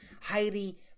Heidi